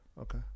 Okay